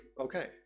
Okay